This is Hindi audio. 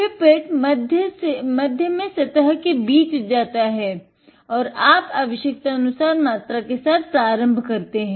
पिपेट मध्य में सतह के नीचे जाता है और आप आवश्यकतानुसार मात्रा के साथ प्रारम्भ करते हैं